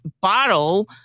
bottle